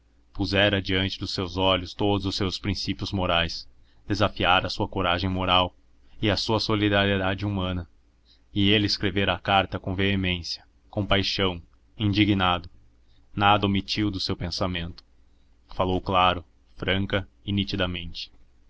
pusera diante dos seus olhos todos os seus princípios morais desafiara a sua coragem moral e a sua solidariedade humana e ele escrevera a carta com veemência com paixão indignado nada omitiu do seu pensamento falou claro franca e nitidamente